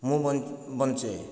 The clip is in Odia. ମୁଁ ବଞ୍ଚେ